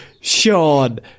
Sean